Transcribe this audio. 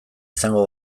izango